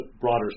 broader